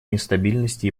нестабильности